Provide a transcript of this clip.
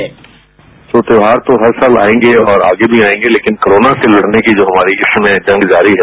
sound bite त्योहार तो हर साल आएंगे और आगे भी आएंगे लेकिन कोरोना से लड़ने की जो हमारी इस समय जंग जारी है